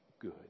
good